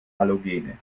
halogene